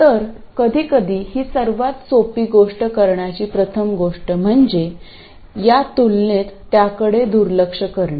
तर कधीकधी ही सर्वात सोपी गोष्ट करण्याची प्रथम गोष्ट म्हणजे या तुलनेत त्याकडे दुर्लक्ष करणे